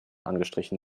angestrichen